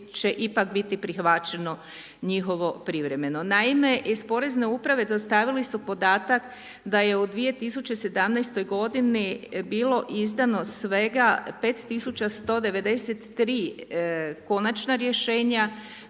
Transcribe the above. će ipak biti prihvaćeno njihovo privremeno. Naime, iz Porezne uprave dostavili su podatak da je u 2017. godini bilo izdano svega 5193 konačna rješenja